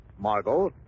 Margot